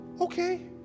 Okay